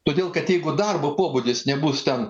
todėl kad jeigu darbo pobūdis nebus ten